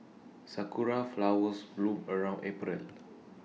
Sakura Flowers bloom around April